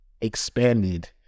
expanded